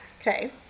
Okay